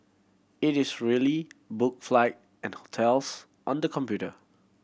it is really book flight and hotels on the computer